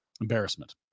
Embarrassment